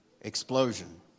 explosion